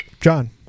John